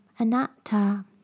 Anatta